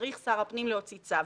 צריך שר הפנים להוציא צו.